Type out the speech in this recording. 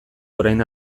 orain